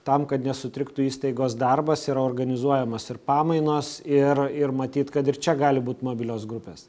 tam kad nesutriktų įstaigos darbas yra organizuojamos ir pamainos ir ir matyt kad ir čia gali būt mobilios grupės